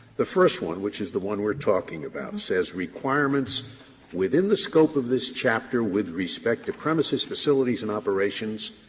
the first one which is the one we are talking about says requirements within the scope of this chapter with respect to premises, facilities and operations